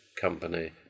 company